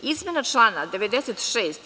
Izmena član 96.